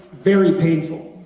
very painful.